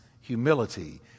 humility